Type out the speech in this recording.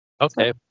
Okay